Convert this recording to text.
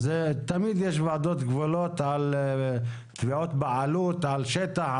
תמיד יש ועדות גבולות על תביעות בעלות על שטח,